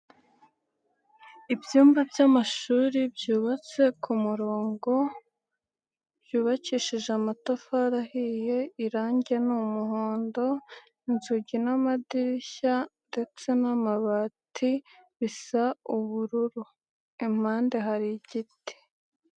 Ibyumba by'amashuri byubatse ku murongo, byubakishije amatafari ahiye, irangi ni umuhondo, inzugi n'amadirishya ndetse n'amabati bisa ubururu. Impande hari igiti.